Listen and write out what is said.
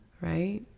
Right